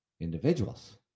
individuals